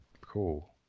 Cool